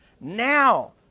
Now